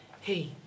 hey